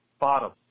bottom